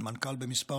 מנכ"ל בכמה